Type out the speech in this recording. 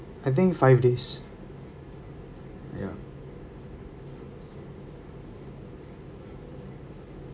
I think five days ya